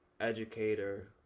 educator